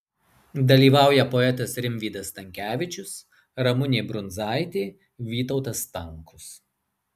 dalyvauja poetas rimvydas stankevičius ramunė brundzaitė vytautas stankus